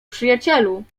przyjacielu